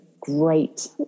great